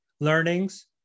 learnings